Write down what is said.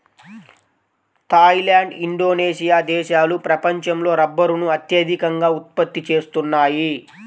Thai land, Indonesia దేశాలు ప్రపంచంలో రబ్బరును అత్యధికంగా ఉత్పత్తి చేస్తున్నాయి